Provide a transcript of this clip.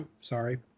Sorry